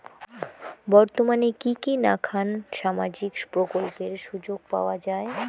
বর্তমানে কি কি নাখান সামাজিক প্রকল্পের সুযোগ পাওয়া যায়?